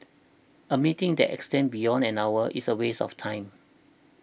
a meeting that extends beyond an hour is a waste of time